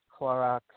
Clorox